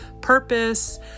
purpose